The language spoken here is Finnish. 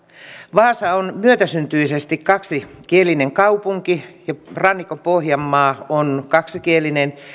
vaasa on myötäsyntyisesti kaksikielinen kaupunki ja rannikko pohjanmaa on kaksikielinen